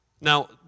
Now